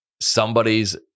somebody's